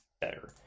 better